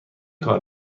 کار